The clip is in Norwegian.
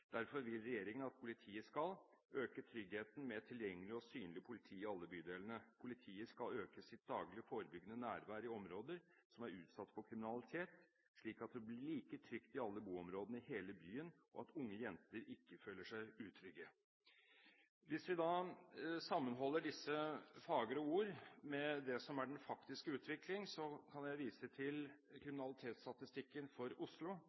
Derfor vil regjeringen at politiet skal: – Øke tryggheten med et tilgjengelig og synlig politi i alle bydelene. Politiet skal øke sitt daglige forebyggende nærvær i områder som er utsatt for kriminalitet, slik at det blir like trygt i alle boområdene i hele byen og at unge jenter ikke føler seg utrygge.» Hvis vi sammenholder disse fagre ord med det som er den faktiske utvikling, kan jeg vise til kriminalitetsstatistikken for Oslo,